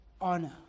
honor